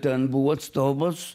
ten buvo atstovas